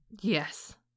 Yes